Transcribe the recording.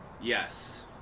Yes